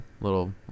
little